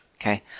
Okay